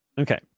Okay